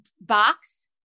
box